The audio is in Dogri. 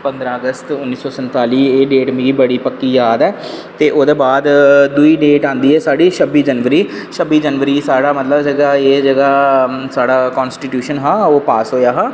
ते पंदरां अगस्त उन्नी सौ संताली एह् डेट मिगी पक्की याद ऐ ते ओह्दे बाद दूई डेट आंदी ऐ छब्बी जनवरी छब्बी जनवरी गी मतलब एह् जेह्का साढ़ा एह् जेह्का साढ़ा कंस्टीट्यूशन हा ओह् पास होआ हा